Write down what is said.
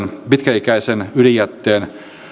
pitkäikäisen ydinjätteen